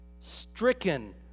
stricken